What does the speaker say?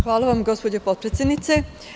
Hvala vam gospođo potpredsednice.